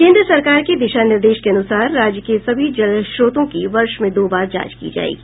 केंद्र सरकार के दिशा निर्देश के अनुसार राज्य के सभी जल ख्रोतों की वर्ष में दो बार जांच की जायेगी